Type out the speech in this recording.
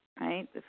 Right